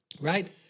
right